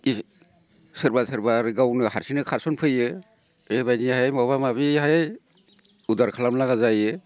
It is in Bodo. सोरबा सोरबा आरो गावनो हारसिंनो खारसन फैयो बे बादिहाय माबा माबिहाय उधार खालाम लागा जायो